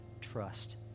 trust